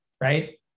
right